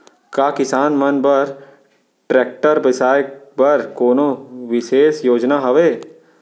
का किसान मन बर ट्रैक्टर बिसाय बर कोनो बिशेष योजना हवे?